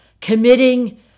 committing